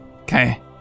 Okay